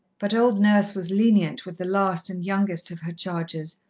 but old nurse was lenient with the last and youngest of her charges,